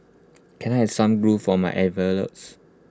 can I have some glue for my envelopes